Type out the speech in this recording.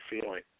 feeling